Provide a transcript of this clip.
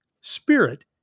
spirit